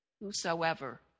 whosoever